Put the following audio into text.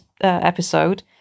episode